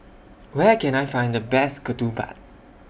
Where Can I Find The Best Ketupat